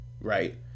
right